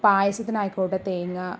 പായസത്തിന് ആയിക്കോട്ടെ തേങ്ങ